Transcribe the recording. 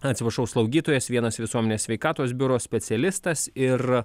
atsiprašau slaugytojas vienas visuomenės sveikatos biuro specialistas ir